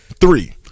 three